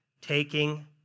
taking